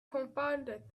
confounded